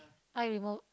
eye remove